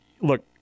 look